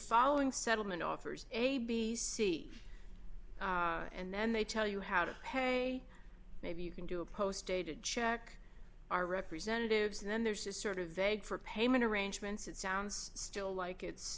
following settlement offers a b c and then they tell you how to pay maybe you can do a post dated check our representatives and then there's this sort of vague for payment arrangements it sounds still like it's